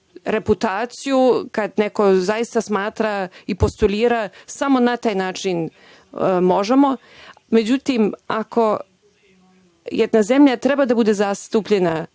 reputaciju kada neko zaista smatra i postulira, samo na taj način možemo, međutim, ako jedna zemlja treba da bude zastupljena